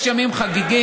יש ימים חגיגיים,